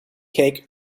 cake